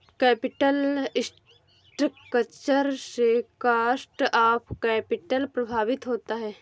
capital structure से cost of capital प्रभावित होता है